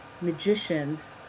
magicians